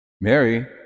Mary